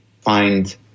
find